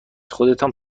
خودتان